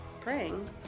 praying